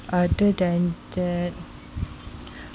other than that